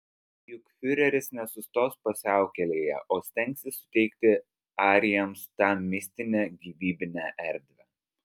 juk fiureris nesustos pusiaukelėje o stengsis suteikti arijams tą mistinę gyvybinę erdvę